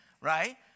Right